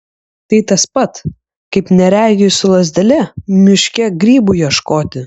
tai tas pat kaip neregiui su lazdele miške grybų ieškoti